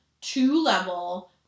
two-level